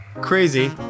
Crazy